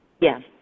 Yes